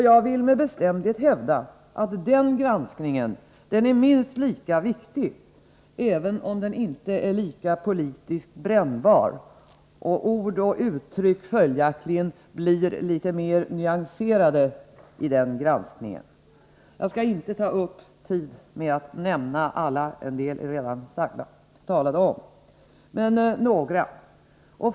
Jag vill med bestämdhet hävda att den granskningen är minst lika viktig, även om den inte är lika politiskt brännbar och ord och uttryck följdaktligen blir litet mer nyanserade i den granskningen. Jag skall inte ta upp tid med att nämna alla ärenden — en del är redan nämnda. Men jag skall ta upp några.